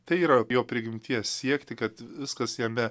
tai yra jo prigimties siekti kad viskas jame